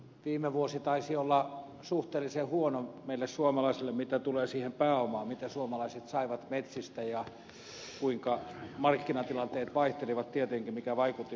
viime vuosi taisi olla suhteellisen huono meille suomalaisille mitä tulee siihen pääomaan mitä suomalaiset saivat metsistä ja markkinatilanteet vaihtelivat tietenkin mikä vaikutti tähän asiaan